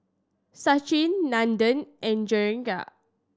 Sachin Nandan and Jehangirr